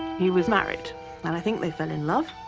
he was married and i think they fell in love.